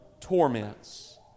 torments